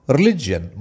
Religion